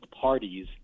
parties